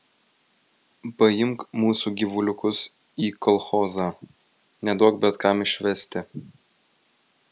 paimk mūsų gyvuliukus į kolchozą neduok bet kam išvesti